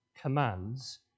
commands